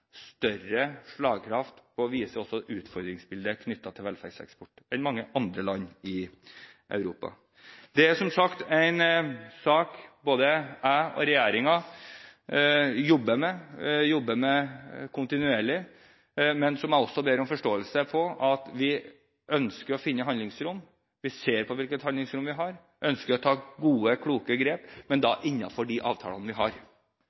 mange andre land i Europa. Det er, som sagt, en sak jeg og regjeringen jobber kontinuerlig med, men jeg ber om forståelse for at vi ønsker å finne handlingsrom. Vi ser på hvilket handlingsrom vi har, og ønsker å ta gode og kloke grep, men innenfor de avtalene vi har.